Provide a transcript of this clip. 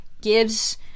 gives